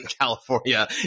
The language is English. California